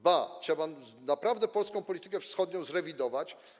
Ba, trzeba naprawdę polską politykę wschodnią zrewidować.